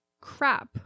crap